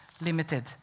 limited